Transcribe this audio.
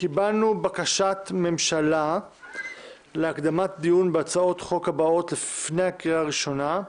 קיבלנו בקשת ממשלה להקדמת דיון בהצעות החוק הבאות לפני הקריאה הראשונה.